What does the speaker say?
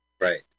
Right